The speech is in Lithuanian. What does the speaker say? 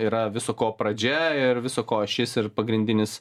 yra viso ko pradžia ir viso ko šis ir pagrindinis